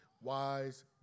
wise